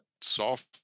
soft –